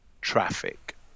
traffic